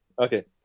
Okay